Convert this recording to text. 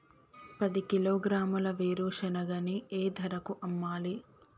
పది కిలోగ్రాముల వేరుశనగని ఏ ధరకు అమ్మాలి?